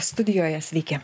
studijoje sveiki